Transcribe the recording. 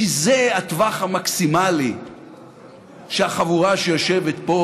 כי זה הטווח המקסימלי שהחבורה שיושבת פה